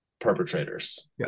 perpetrators